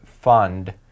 fund